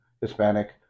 hispanic